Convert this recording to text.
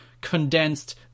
condensed